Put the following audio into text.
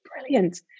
brilliant